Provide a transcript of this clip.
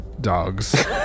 dogs